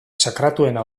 sakratuena